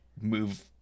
move